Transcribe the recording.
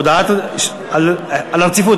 הודעה על הרציפות.